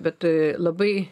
bet e labai